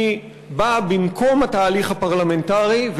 היא באה במקום התהליך הפרלמנטרי,